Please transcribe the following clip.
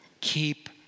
keep